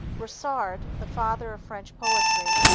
ronsard, the father of french poetry,